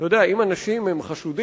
אתה יודע, אם אנשים הם חשודים,